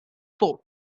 fort